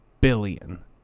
billion